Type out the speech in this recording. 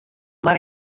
mar